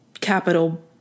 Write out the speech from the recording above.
capital